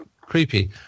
creepy